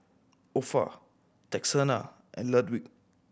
Opha Texanna and Ludwig